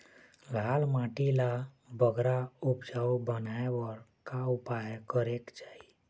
लाल माटी ला बगरा उपजाऊ बनाए बर का उपाय करेक चाही?